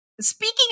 Speaking